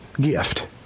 gift